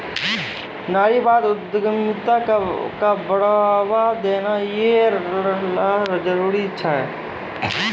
नारीवादी उद्यमिता क बढ़ावा देना यै ल जरूरी छै